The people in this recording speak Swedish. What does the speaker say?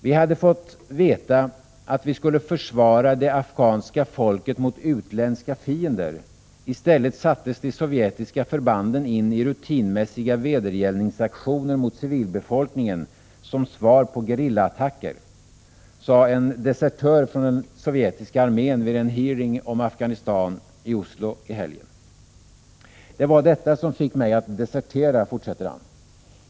”Vi hade fått veta att vi skulle försvara det afghanska folket mot utländska fiender, istället sattes de sovjetiska förbanden in i rutinmässiga vedergällningsaktioner mot civilbefolkningen som svar på gerillaattacker”, sade en desertör från den sovjetiska armén vid en hearing om Afghanistan i Oslo i helgen. ”Det var detta som fick mig att desertera”, fortsätter han.